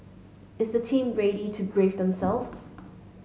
is the team ready to brace themselves